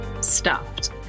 stuffed